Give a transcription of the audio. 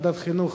ועדת החינוך,